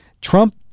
Trump